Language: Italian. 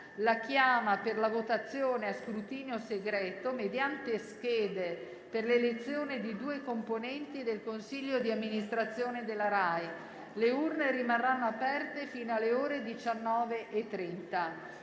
la chiama per la votazione a scrutinio segreto mediante schede per l'elezione di due componenti del consiglio di amministrazione della RAI. Le urne rimarranno aperte fino alle ore 19,30.